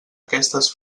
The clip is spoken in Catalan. aquestes